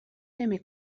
نمی